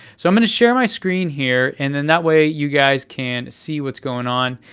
so i'm gonna share my screen here, and then that way, you guys can see what's going on.